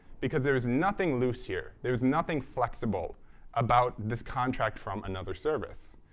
because there is nothing loose here. there is nothing flexible about this contract from another service.